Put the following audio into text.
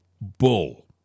bull